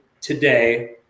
today